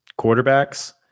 quarterbacks